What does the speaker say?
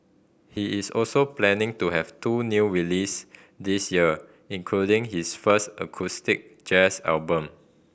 he is also planning to have two new release this year including his first acoustic jazz album